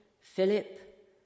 Philip